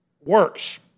works